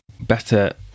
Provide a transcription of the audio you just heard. better